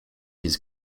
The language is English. his